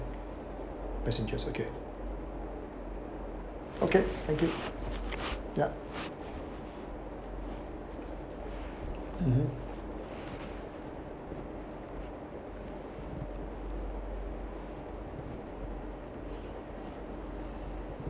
passengers okay okay thank you ya mmhmm